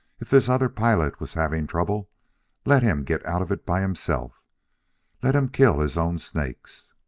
if this other pilot was having trouble let him get out of it by himself let him kill his own snakes!